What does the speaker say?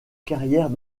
carrière